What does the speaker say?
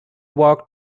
walked